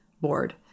board